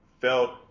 felt